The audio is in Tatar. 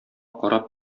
карап